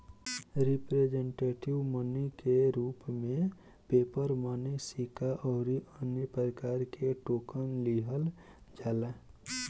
representative money के रूप में पेपर मनी सिक्का अउरी अन्य प्रकार के टोकन लिहल जाला